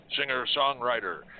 singer-songwriter